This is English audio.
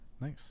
Nice